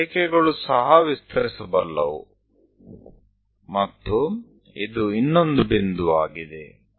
ಈ ರೇಖೆಗಳು ಸಹ ವಿಸ್ತರಿಸಬಲ್ಲವು ಮತ್ತು ಇದು ಇನ್ನೊಂದು ಬಿಂದುವಾಗಿದೆ